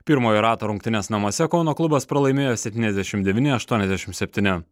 pirmojo rato rungtynes namuose kauno klubas pralaimėjo septyniasdešimt devyni aštuoniasdešimt septyni